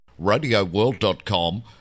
RadioWorld.com